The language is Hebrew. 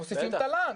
מוסיפים תל"ן,